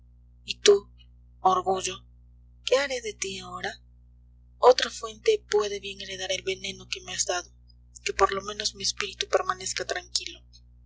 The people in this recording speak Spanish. y tú orgullo qué haré de ti ahora otra frente puede bien heredar el veneno que me has dado que por lo menos mi espíritu permanezca tranquilo